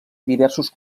diversos